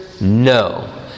no